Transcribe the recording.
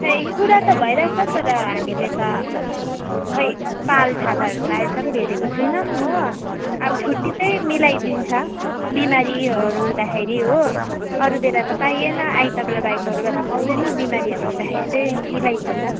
खै कुरा त भइरहेको छ तर हामीले त खै पाल छाताहरू त अहिलेसम्म भेटेको छैनौँ हो अब छुट्टी त्यही मिलाइदिन्छ बिमारीहरू हुँदाखेरि हो अरू बेला त पाइएन आइतबार बाहेक अरू बेला पाउँदैन बिमारीहरू हुँदाखेरि त्यही मिलाइदिन्छ